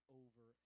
over